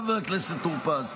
חבר הכנסת טור פז,